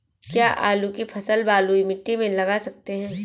क्या आलू की फसल बलुई मिट्टी में लगा सकते हैं?